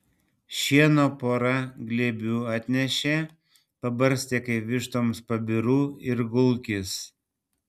šieno pora glėbių atnešė pabarstė kaip vištoms pabirų ir gulkis